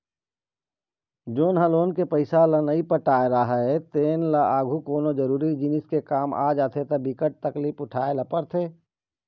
जेन ह लोन के पइसा ल नइ पटाए राहय तेन ल आघु कोनो जरुरी जिनिस के काम आ जाथे त बिकट तकलीफ उठाए ल परथे